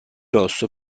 rosso